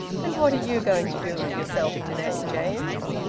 and what are you going to do with yourself to-day, james?